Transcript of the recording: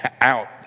out